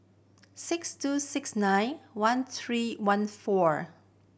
six two six nine one three one four